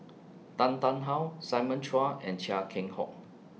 Tan Tarn How Simon Chua and Chia Keng Hock